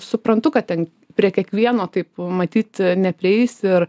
suprantu kad ten prie kiekvieno taip matyt neprieisi ir